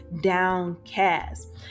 downcast